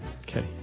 Okay